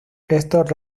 estos